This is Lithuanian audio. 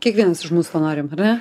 kiekvienas iš mūsų to norim ar ne